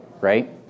right